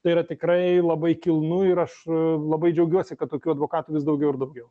tai yra tikrai labai kilnu ir aš labai džiaugiuosi kad tokių advokatų vis daugiau ir daugiau